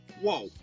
whoa